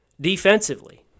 Defensively